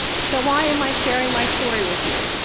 so why am i sharing my story with you?